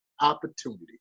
opportunity